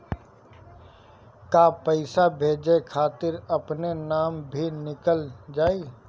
का पैसा भेजे खातिर अपने नाम भी लिकल जाइ?